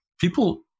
People